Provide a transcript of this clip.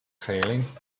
failing